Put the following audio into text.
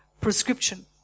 prescription